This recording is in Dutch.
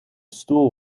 stoel